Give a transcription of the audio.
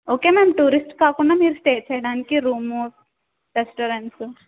okay ma'am tourist కాకుండా మీరు stay చేయడానికి రూము రెస్టారెంట్స్